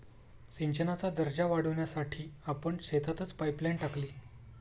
सिंचनाचा दर्जा वाढवण्यासाठी आपण शेतातच पाइपलाइन टाकली